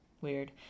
weird